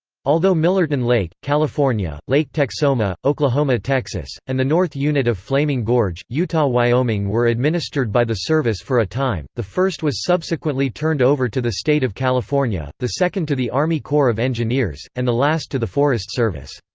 although millerton lake, california, lake texoma, oklahoma-texas, and the north unit of flaming gorge, utah-wyoming were administered by the service for a time, the first was subsequently turned over to the state of california, the second to the army corps of engineers, and the last to the forest service.